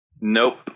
Nope